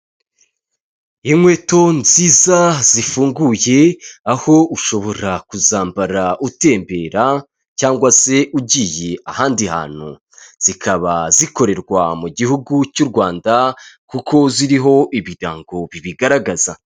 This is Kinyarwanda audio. Inkweto nziza zifunguye aho ushobora kuzambara utembera cyangwa se ugiye ahandi hantu, zikaba zikorerwa mu gihugu cy'u Rwanda kuko ziriho ibigango bibigaragaza.